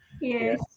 yes